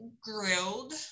grilled